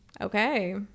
Okay